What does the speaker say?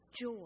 joy